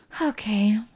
okay